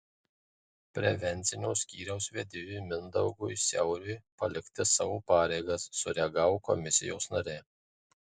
prevencinio skyriaus vedėjui mindaugui siauriui palikti savo pareigas sureagavo komisijos nariai